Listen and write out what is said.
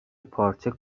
پارچه